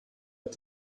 mit